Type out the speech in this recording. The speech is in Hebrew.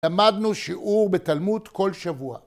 למדנו שיעור בתלמוד כל שבוע.